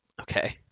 Okay